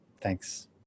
thanks